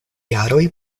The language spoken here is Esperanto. jaroj